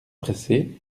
pressé